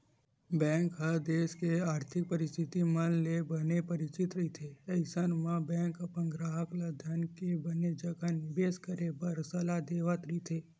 bank ह देस के आरथिक परिस्थिति मन ले बने परिचित रहिथे अइसन म बेंक अपन गराहक ल धन के बने जघा निबेस करे बर सलाह देवत रहिथे